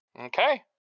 Okay